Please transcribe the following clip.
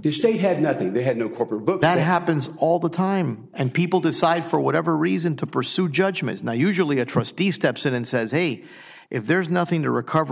the stay had nothing they had no corporate book that happens all the time and people decide for whatever reason to pursue judgments now usually a trustee steps in and says hey if there's nothing to recover